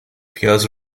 پیاز